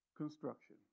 construction